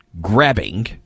grabbing